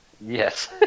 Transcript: Yes